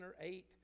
eight